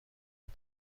بدم